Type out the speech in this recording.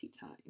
time